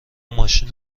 ماشین